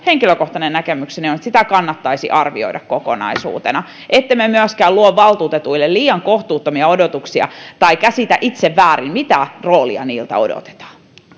henkilökohtainen näkemykseni on että järjestelmää kannattaisi arvioida kokonaisuutena ettemme myöskään luo valtuutetuille liian kohtuuttomia odotuksia tai käsitä itse väärin mitä roolia niiltä odotetaan